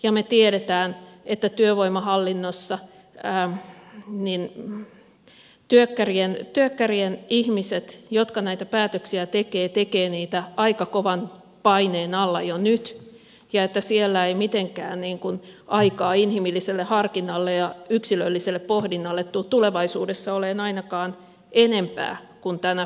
ja me tiedämme että työvoimahallinnossa työkkärien ihmiset jotka näitä päätöksiä tekevät tekevät niitä aika kovan paineen alla jo nyt ja että siellä ei mitenkään aikaa inhimilliselle harkinnalle ja yksilölliselle pohdinnalle tulevaisuudessa ole ainakaan enempää kuin tänä päivänä